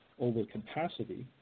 overcapacity